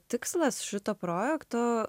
tikslas šito projekto